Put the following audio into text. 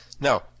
Now